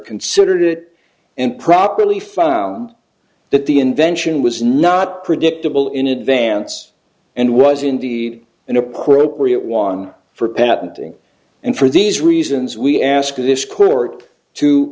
considered it and properly found that the invention was not predictable in advance and was indeed an appropriate one for patenting and for these reasons we ask this court to